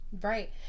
Right